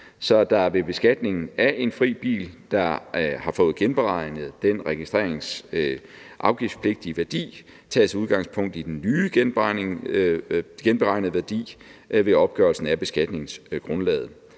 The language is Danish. så der ved beskatningen af en fri bil, der har fået genberegnet den afgiftspligtige værdi, tages udgangspunkt i den nye genberegnede værdi ved opgørelsen af beskatningsgrundlaget.